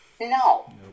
No